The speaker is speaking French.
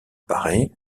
barré